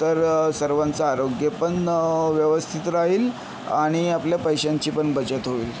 तर सर्वांचं आरोग्यपण व्यवस्थित राहील आणि आपल्या पैशांचीपण बचत होईल